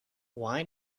why